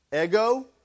Ego